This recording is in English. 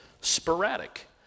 sporadic